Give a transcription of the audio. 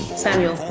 samuel.